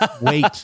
wait